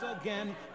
again